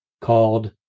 called